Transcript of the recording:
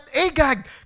Agag